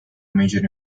major